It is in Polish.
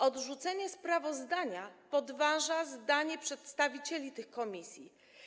Odrzucenie sprawozdania podważy zdanie przedstawicieli tych komisji.